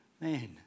man